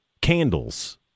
candles